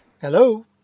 hello